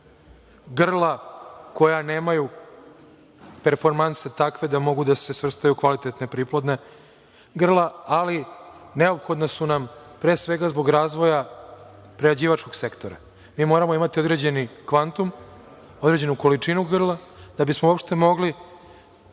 grla koja nemaju performanse takve da mogu da se svrstaju u kvalitetna priplodna grla, ali neophodna su nam pre svega zbog razvoja prerađivačkog sektora. Mi moramo imati određeni kvantum, određenu količinu grla, da bismo uopšte mogli